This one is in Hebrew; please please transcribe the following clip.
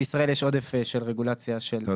בישראל יש עודף של רגולציה של מקצועות.